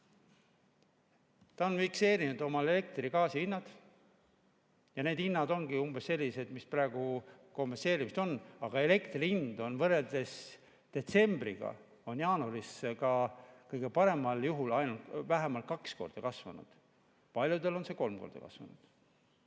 Nad on fikseerinud elektri ja gaasi hinna. Need hinnad ongi umbes sellised, mida praegu kompenseeritakse, aga elektri hind võrreldes detsembriga on jaanuaris ka kõige paremal juhul vähemalt kaks korda kasvanud. Paljudel on see kolm korda kasvanud.